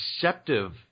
deceptive